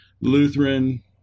Lutheran